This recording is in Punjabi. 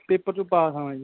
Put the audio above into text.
ਪੇਪਰ 'ਚੋ ਪਾਸ ਹਾਂ ਹਾਂਜੀ